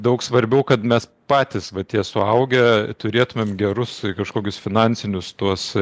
daug svarbiau kad mes patys va tie suaugę turėtumėm gerus kažkokius finansinius tuos